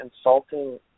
insulting